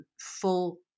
full